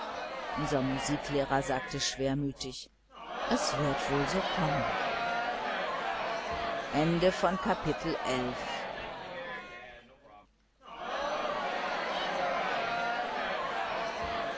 unser musiklehrer sagte schwermütig es wird wohl so kommen kapitel